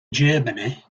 germany